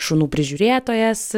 šunų prižiūrėtojas